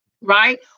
right